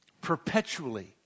Perpetually